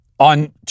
On